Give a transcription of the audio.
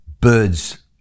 birds